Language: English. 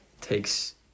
takes